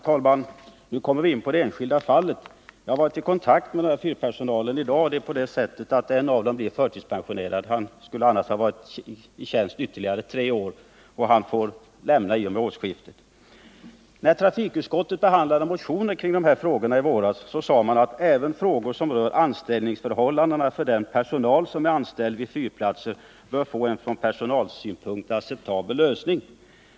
Herr talman! Nu kommer vi in på det enskilda fallet. Jag har varit i kontakt med denna fyrpersonal i dag, och det är på det sättet att en blir förtidspensionerad. Han skulle ha varit i tjänst ytterligare tre år, men han får nu lämna arbetet vid årsskiftet. När trafikutskottet behandlade motioner om dessa frågor i våras sade man att även frågor som rör anställningsförhållandena för den personal som är anställd vid fyrplatser bör få en från personalsynpunkt acceptabel lösning.